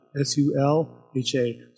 S-U-L-H-A